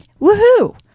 Woohoo